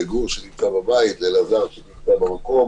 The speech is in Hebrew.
לגור שנמצא בבית, לאלעזר שנמצא במקום